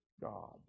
God